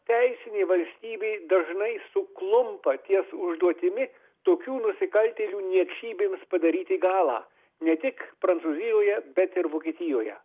teisinė valstybė dažnai suklumpa ties užduotimi tokių nusikaltėlių niekšybėms padaryti galą ne tik prancūzijoje bet ir vokietijoje